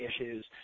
issues